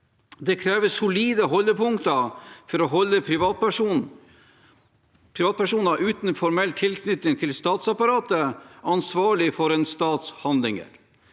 Det kreves solide holdepunkter for å holde privatpersoner uten formell tilknytning til statsapparatet ansvarlig for en stats handlinger.